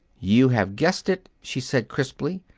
you have guessed it, she said crisply.